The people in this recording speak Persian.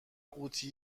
قوطی